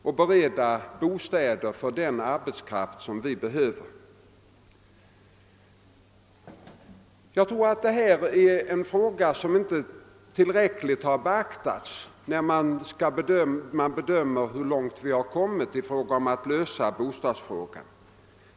Detta är en omständighet som nog inte tillräckligt har beaktats vid bedömningen av hur långt man har kommit när det gäller att lösa bostadsproblemet.